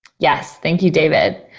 yes, thank you, david.